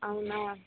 అవునా